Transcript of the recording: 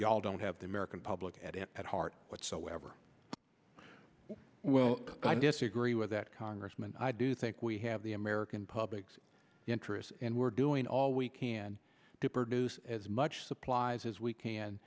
we all don't have the american public at heart whatsoever well i disagree with that congressman i do think we have the american public's interest and we're doing all we can to produce as much supplies as we can